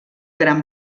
gran